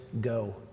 go